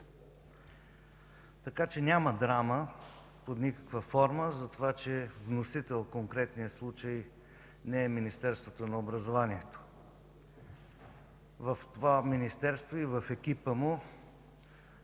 век. Няма драма под никаква форма, че вносител в конкретния случай не е Министерството на образованието. В това Министерство и в екипа му